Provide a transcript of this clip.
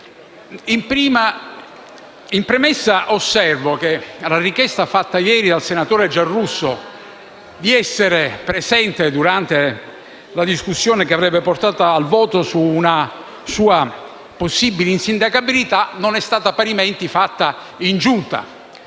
In premessa osservo che la richiesta fatta ieri dal senatore Giarrusso di essere presente durante la discussione che avrebbe portato al voto su una sua possibile insindacabilità non è stata parimenti avanzata in Giunta.